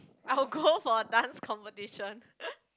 I will go for a dance competition (ppol)